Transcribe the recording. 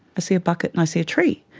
see a bucket and i see a tree.